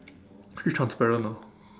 actually transparent ah